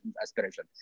aspiration